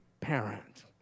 parent